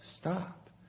Stop